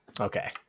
Okay